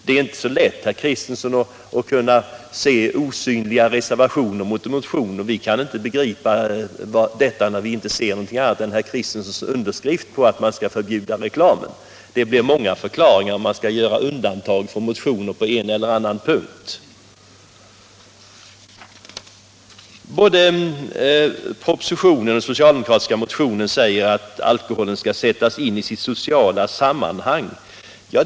Det är inte så lätt, herr Kristenson, att se osynliga reservationer mot en motion. Det enda vi kan se är herr Kristensons underskrift på en motion om ett reklamförbud. Det behövs många förklaringar om man vill reservera sig på en och annan punkt mot en motion som man varit med om att skriva under. Både i propositionen och i den socialdemokratiska motionen sägs att alkoholpolitiken skall sättas in i sitt sociala sammanhang.